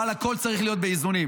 אבל הכול צריך להיות באיזונים.